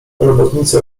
robotnicy